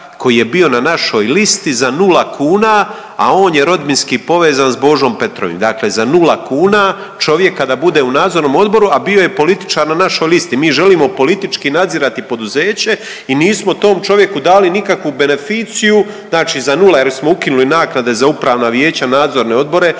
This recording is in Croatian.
koji je bio na našoj listi za nula kuna, a on je rodbinski povezan sa Božom Petrovim. Dakle, za nula kuna čovjeka da bude u Nadzornom odboru a bio je političar na našoj listi. Mi želimo politički nadzirati poduzeće i nismo tom čovjeku dali nikakvu beneficiju, znači za nula jer smo ukinuli naknade za upravna vijeća, nadzorne odbore.